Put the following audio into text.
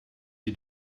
die